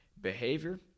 behavior